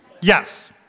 yes